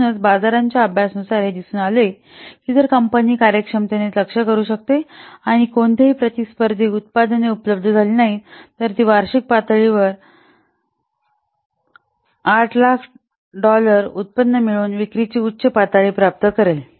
म्हणूनच बाजाराच्या अभ्यासानुसार हे दिसून आले आहे की जर कंपनी कार्यक्षमतेने लक्ष्य करू शकते आणि कोणतीही प्रतिस्पर्धी उत्पादने उपलब्ध झाली नाहीत तर ती वार्षिक पातळीवर 800000 डॉलर उत्पन्न मिळवून विक्रीची उच्च पातळी प्राप्त करेल